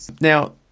Now